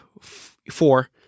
four